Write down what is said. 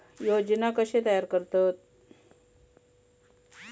योजना कशे तयार करतात?